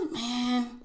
man